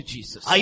Jesus